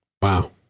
Wow